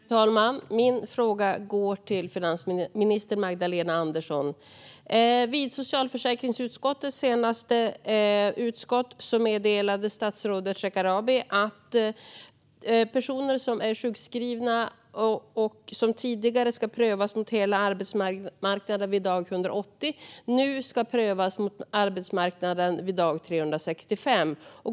Fru talman! Min fråga går till finansminister Magdalena Andersson. Vid socialförsäkringsutskottets senaste möte meddelade statsrådet Shekarabi att personer som är sjukskrivna och som tidigare skulle prövas mot hela arbetsmarknaden vid dag 180 nu ska prövas mot arbetsmarknaden vid dag 365.